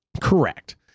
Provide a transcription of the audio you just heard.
Correct